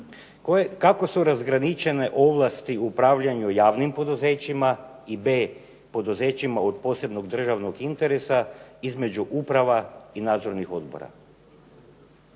Kako su razgraničene ovlasti u upravljanju javnim poduzećima i b, poduzećima od posebnog državnog interesa između uprava i nadzornih odbora?